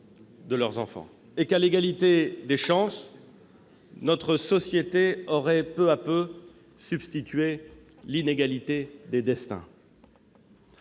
de chacun et que, à l'égalité des chances, notre société aurait peu à peu substitué l'inégalité des destins.